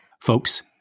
folks